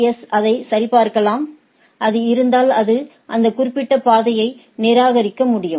S அதை சரிபார்க்கலாம் அது இருந்தால் அது அந்த குறிப்பிட்ட பாதையை நிராகரிக்க முடியும்